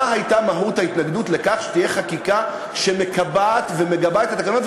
מה הייתה מהות ההתנגדות לכך שתהיה חקיקה שמקבעת ומגבה את התקנות?